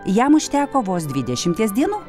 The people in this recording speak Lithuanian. jam užteko vos dvidešimties dienų